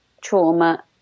trauma